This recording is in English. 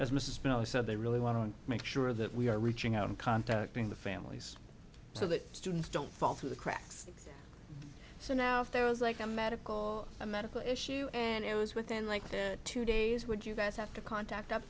miller said they really want to make sure that we are reaching out and contacting the families so that students don't fall through the cracks so now if there was like a medical a medical issue and it was within like two days would you guys have to contact up